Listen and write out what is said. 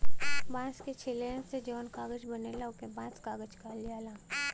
बांस के छीलन से जौन कागज बनला ओके बांस कागज कहल जाला